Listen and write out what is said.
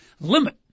limit